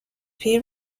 پیر